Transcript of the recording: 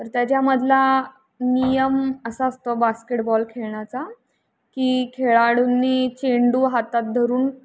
तर त्याच्यामधला नियम असा असतो बास्केटबॉल खेळण्याचा की खेळाडूंनी चेंडू हातात धरून